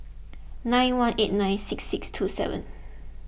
nine one eight nine six six two seven